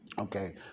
Okay